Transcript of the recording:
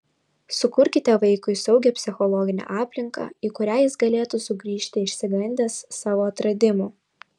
sukurkite vaikui saugią psichologinę aplinką į kurią jis galėtų sugrįžti išsigandęs savo atradimų